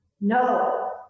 no